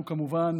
אנחנו כמובן